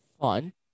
Fun